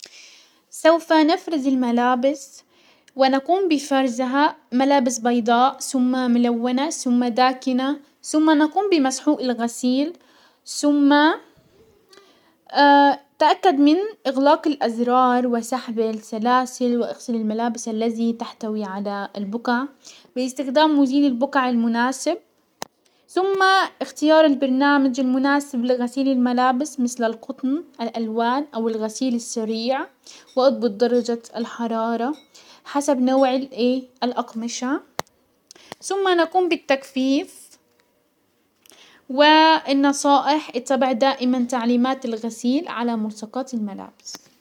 سوف نفرز الملابس، ونقوم بفرزها ملابس بيضاء سم ملونة سم داكنة، سم نقوم بمسحوق الغسيل، سم تأكد من اغلاق الازرار وسحب السلاسل واغسلي الملابس الزي تحتوي على البقع باستخدام مزيل البقع المناسب، سم اختيار البرنامج المناسب لغسيل الملابس مسل القطن، الالوان ، او الغسيل السريع واضبط درجة الحرارة حسب نوع الايه الاقمشة ثم نقوم بالتجفيف والنصائح اتبع دائما تعليمات الغسيل على ملصقات الملابس.